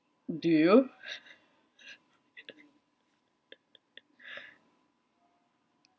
do you